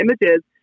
images